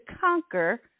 conquer